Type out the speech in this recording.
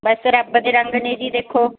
ਬਸ ਰੱਬ ਦੇ ਰੰਗ ਨੇ ਜੀ ਦੇਖੋ